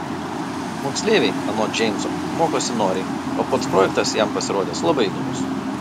moksleiviai anot džeimso mokosi noriai o pats projektas jam pasirodęs labai įdomus